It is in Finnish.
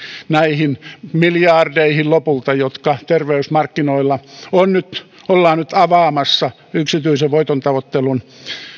näihin miljardeihin jotka terveysmarkkinoilla ollaan nyt avaamassa myös yksityisen voitontavoittelun